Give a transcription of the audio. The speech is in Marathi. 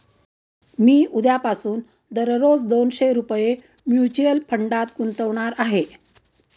मी उद्यापासून दररोज दोनशे रुपये म्युच्युअल फंडात गुंतवणार आहे